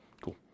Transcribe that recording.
Cool